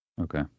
okay